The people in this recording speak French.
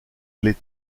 les